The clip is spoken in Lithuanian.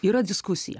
yra diskusija